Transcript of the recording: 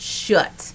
shut